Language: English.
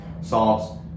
solves